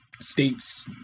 States